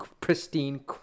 pristine